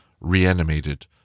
reanimated